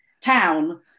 town